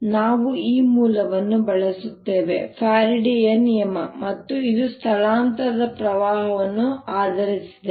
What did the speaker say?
ಆದ್ದರಿಂದ ನಾವು ಈ ಮೂಲವನ್ನು ಬಳಸುತ್ತೇವೆ ಫ್ಯಾರಡೆಯ ನಿಯಮ ಮತ್ತು ಇದು ಸ್ಥಳಾಂತರದ ಪ್ರವಾಹವನ್ನು ಆಧರಿಸಿದೆ